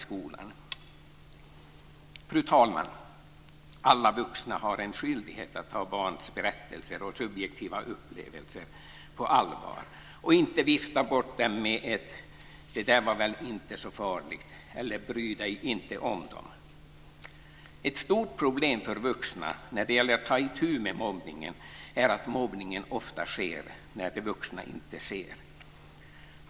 Fru talman! Alla vuxna har en skyldighet att ta barns berättelser och subjektiva upplevelser på allvar och inte vifta bort med "det var väl inte så farligt" eller "bry dig inte om dem". Ett stort problem för vuxna när det gäller att ta itu med mobbningen är att mobbningen ofta sker när de vuxna inte ser.